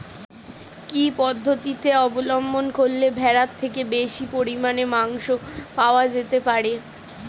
কি পদ্ধতিতে অবলম্বন করলে ভেড়ার থেকে বেশি পরিমাণে মাংস পাওয়া যেতে পারে?